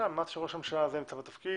בכלל מאז שראש הממשלה הזה נמצא בתפקיד,